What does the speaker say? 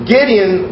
Gideon